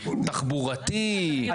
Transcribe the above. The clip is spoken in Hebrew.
תחבורתי,